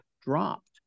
dropped